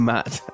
Matt